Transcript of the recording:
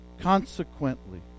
Consequently